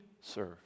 serve